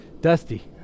Dusty